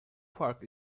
park